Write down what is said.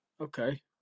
Okay